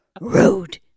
Rude